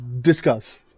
Discuss